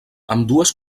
ambdues